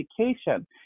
education